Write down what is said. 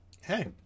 hey